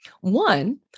One